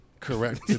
correct